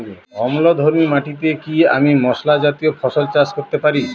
অম্লধর্মী মাটিতে কি আমি মশলা জাতীয় ফসল চাষ করতে পারি?